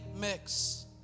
Mix